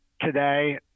today